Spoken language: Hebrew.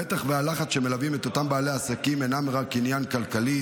המתח והלחץ שמלווים את אותם בעלי עסקים אינם רק עניין כלכלי.